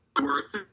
worth